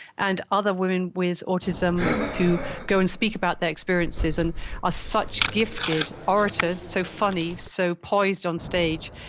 and other women with autism who go and speak about their experiences and are such gifted orators, so funny, so poised on stage,